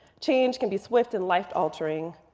change can be swift and life altering.